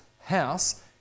house